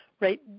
Right